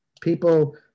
People